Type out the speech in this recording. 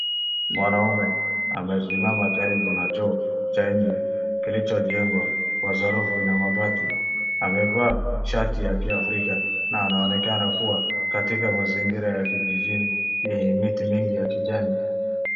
Mwanaume amesimama karibu na choo cha nje kilichojengwa kwa saruji na mabati. Amevaa shati ya kiafrika na anaonekana kuwa katika mazingira ya kijijini yenye miti mingi ya kijani.